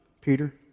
Peter